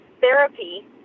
therapy